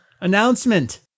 announcement